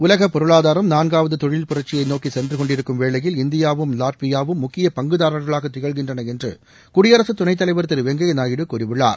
உலகப் பொருளாதாரம் நான்காவது தொழில் புரட்சியை நோக்கி சென்று கொண்டிருக்கும் வேளையில் இந்தியாவும் லாட்வியாவும் முக்கிய பங்குதாரர்களாக திகழ்கின்றன என்று குடியரசு துணைத் தலைவர் திரு வெங்கய்ய நாயுடு கூறியுள்ளார்